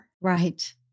Right